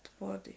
body